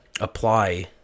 apply